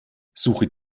suche